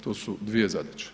To su dvije zadaće.